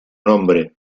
nombre